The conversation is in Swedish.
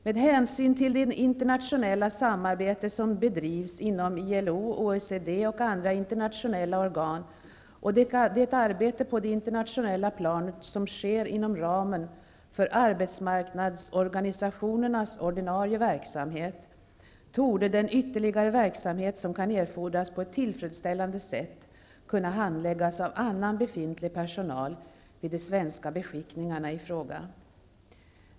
Med hänsyn till det internationella samarbete som bedrivs inom ILO, OECD och andra internationella organ och det arbete på det internationella planet som sker inom ramen för arbetsmarknadsorganisationernas ordinarie verksamhet torde den ytterligare verksamhet som kan erfordras på ett tillfredsställande sätt kunna handläggas av annan befintlig personal vid de svenska beskickningarna i fråga.